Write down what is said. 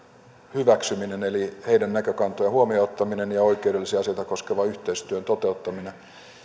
hyväksyminen eli heidän näkökantojensa huomioon ottaminen ja oikeudellisia asioita koskevan yhteistyön toteuttaminen